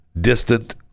distant